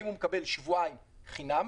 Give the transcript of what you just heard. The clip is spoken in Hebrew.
אם הוא מקבל שבועיים חינם,